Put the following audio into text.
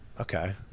Okay